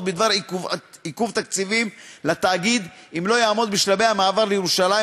בדבר עיכוב תקציבים לתאגיד אם לא יעמוד בשלבי המעבר לירושלים,